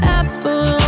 apple